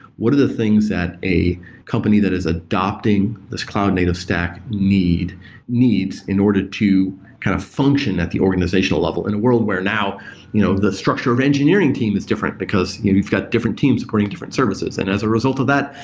what are the things that a company that is adapting this cloud native stack needs in order to kind of function at the organization level in a world where now you know the structure of engineering team is different, because we've got different teams supporting different services. and as a result of that,